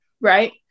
Right